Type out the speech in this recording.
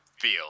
feel